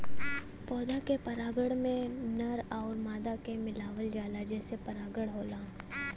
पौधा के परागण में नर आउर मादा के मिलावल जाला जेसे परागण होला